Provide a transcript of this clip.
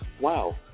wow